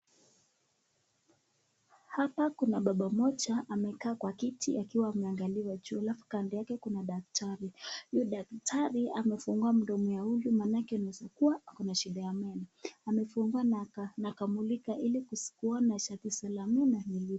Hapa kuna baba mmoja amekaa kwa kiti akiwa ameangalia juu alafu kando yake kuna daktari, huyo daktari, amefungua mdomo ya huyu, manake anaweza kua ako na shida ya meno, amefungua na akamulika ili kuona tatizo la meno lilipo.